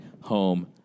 home